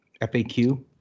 FAQ